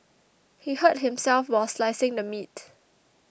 he hurt himself while slicing the meat